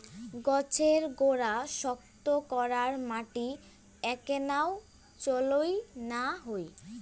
গছের গোড়া শক্ত করার মাটি এ্যাকনাও চইল না হই